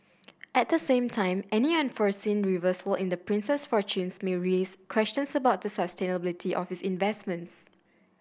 at the same time any unforeseen reversal in the prince's fortunes may raise questions about the sustainability of his investments